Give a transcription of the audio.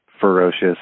ferocious